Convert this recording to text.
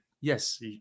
yes